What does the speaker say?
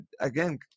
again